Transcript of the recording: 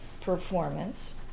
performance